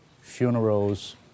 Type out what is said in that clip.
funerals